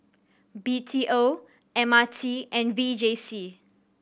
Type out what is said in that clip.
B T O M R T and V J C